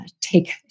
take